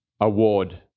award